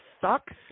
sucks